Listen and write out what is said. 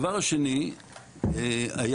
הפרוצדורה שבה עובדת המולמו"פ על פי חוק